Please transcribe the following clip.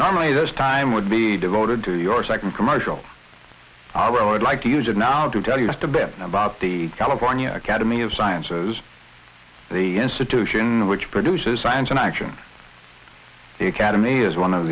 normally this time would be devoted to your second commercial or i'd like to use it now to tell you just a bit about the california academy of sciences the institution which produces science and action the academy is one of